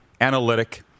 analytic